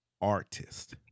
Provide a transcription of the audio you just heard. artist